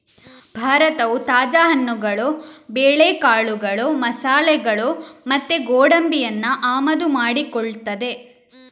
ಭಾರತವು ತಾಜಾ ಹಣ್ಣುಗಳು, ಬೇಳೆಕಾಳುಗಳು, ಮಸಾಲೆಗಳು ಮತ್ತೆ ಗೋಡಂಬಿಯನ್ನ ಆಮದು ಮಾಡಿಕೊಳ್ತದೆ